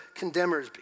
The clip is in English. condemners